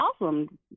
awesome